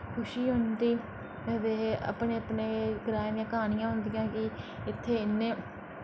खुशी होंदी के आखदे अपने अपने ग्राएं दि'यां कहानियां होंदियां कि इत्थै इन्नै